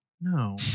No